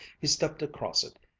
he stepped across it,